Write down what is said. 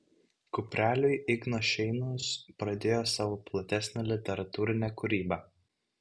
kupreliu ignas šeinius pradėjo savo platesnę literatūrinę kūrybą